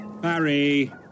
Barry